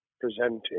presenting